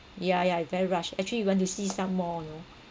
yeah yeah very rushed actually we want to see some more you know